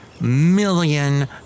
million